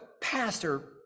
pastor